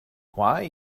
why